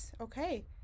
okay